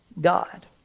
God